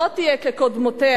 לא תהיה כקודמותיה,